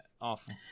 awful